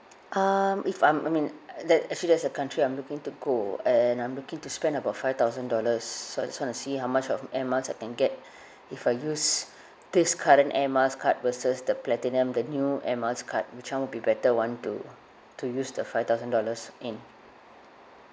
um if I m~ I mean uh there actually there's a country I'm looking to go and I'm looking to spend about five thousand dollars so I just wanna see how much of air miles I can get if I use this current air miles card versus the platinum the new air miles card which one will be better one to to use the five thousand dollars in